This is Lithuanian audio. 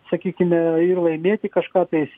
sakykimeir laimėti kažką tais